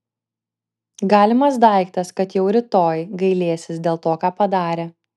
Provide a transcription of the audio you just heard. galimas daiktas kad jau rytoj gailėsis dėl to ką padarė